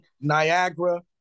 Niagara